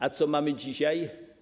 A co mamy dzisiaj?